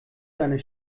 seiner